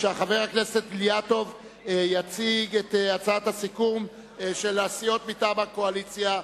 חבר הכנסת אילטוב יציג את הצעת הסיכום של סיעות הקואליציה.